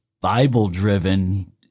Bible-driven